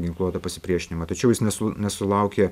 ginkluotą pasipriešinimą tačiau jis nesu nesulaukė